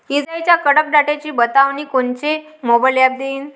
इजाइच्या कडकडाटाची बतावनी कोनचे मोबाईल ॲप देईन?